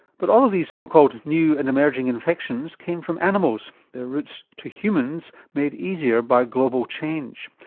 but all of these so called new and emerging infections came from animals, their routes to humans made easier by global change.